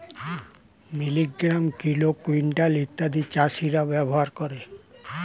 milligram, kilo, quintal ইত্যাদি চাষীরা ব্যবহার করে